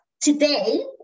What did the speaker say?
today